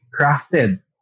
crafted